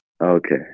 Okay